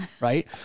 Right